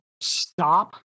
stop